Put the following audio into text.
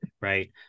right